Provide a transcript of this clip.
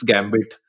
Gambit